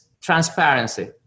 transparency